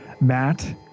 Matt